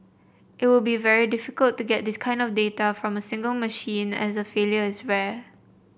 it would be very difficult to get this kind of data from a single machine as failure is rare